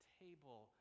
table